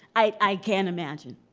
i can't imagine.